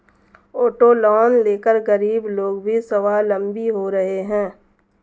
auto loan लेकर गरीब लोग भी स्वावलम्बी हो रहे हैं